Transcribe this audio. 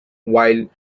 while